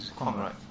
right